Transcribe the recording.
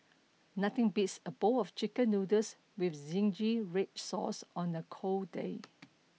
nothing beats a bowl of chicken noodles with zingy red sauce on a cold day